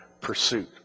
pursuit